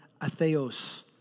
atheos